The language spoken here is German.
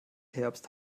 herbst